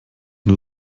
nur